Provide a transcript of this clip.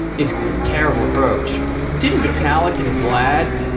it's a terrible approach didn't vitalik and vlad,